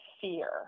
fear